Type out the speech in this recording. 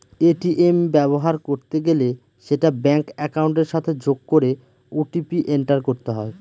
ATM ব্যবহার করতে গেলে সেটা ব্যাঙ্ক একাউন্টের সাথে যোগ করে ও.টি.পি এন্টার করতে হয়